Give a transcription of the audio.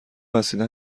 وسیله